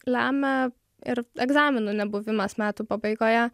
lemia ir egzaminų nebuvimas metų pabaigoje